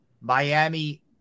Miami